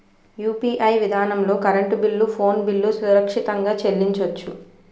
UPI విధానంలో current bill phone bill సురక్షితంగా చెల్లించొచ్చు